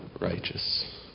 righteous